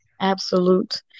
absolute